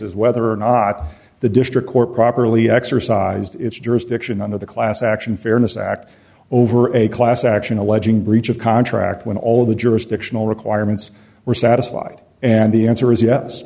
is whether or not the district court properly exercised its jurisdiction under the class action fairness act over a class action alleging breach of contract when all the jurisdictional requirements were satisfied and the answer is yes